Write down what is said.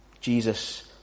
Jesus